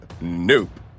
Nope